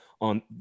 on